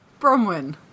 Bronwyn